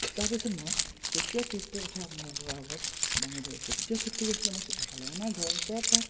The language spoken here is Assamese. তাৰপিছত মই তেতিয়াও ট্ৰিপটোৰ কথা আপোনালোকৰ লগত দাঙি ধৰিছোঁ তেতিয়া ট্ৰিপটো গৈছিলোঁ মই চুকাফালৈ আমাৰ ঘৰৰ পৰা প্ৰায়